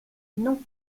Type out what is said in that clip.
non